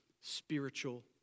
spiritual